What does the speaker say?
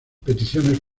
peticiones